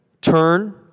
turn